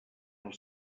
els